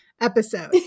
episode